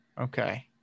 Okay